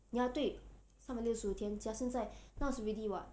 ya 对他们的六十五天加现在 now is already what